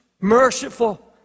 merciful